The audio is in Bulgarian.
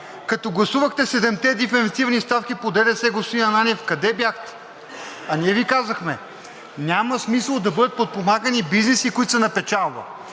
Като гласувахте седем диференцирани ставки по ДДС, господин Ананиев, къде бяхте? Ние Ви казахме, че няма смисъл да бъдат подпомагани бизнеси, които са на печалба,